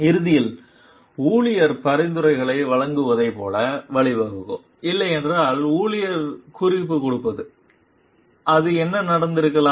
இறுதியில் ஊழியர் பரிந்துரைகளை வழங்குவதைப் போல வழிவகுக்கும் இல்லையெனில் ஊழியர் குறிப்பு கொடுப்பது அது என்ன நடந்திருக்கலாம்